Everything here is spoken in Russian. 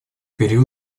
период